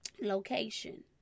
Location